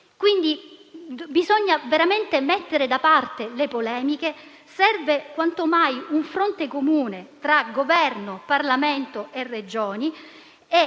Quindi, bisogna veramente mettere da parte le polemiche. Serve quanto mai un fronte comune tra Governo, Parlamento e Regioni, e